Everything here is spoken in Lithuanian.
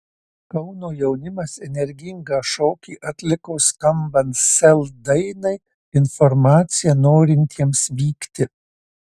kauno jaunimas energingą šokį atliko skambant sel dainai informacija norintiems vykti